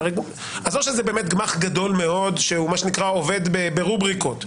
אז או שזה גמ"ח גדול מאוד שעובד ברובריקות.